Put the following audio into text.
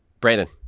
Brandon